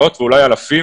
מאות ואולי אלפים